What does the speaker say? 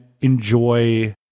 enjoy